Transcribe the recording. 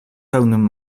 pełnym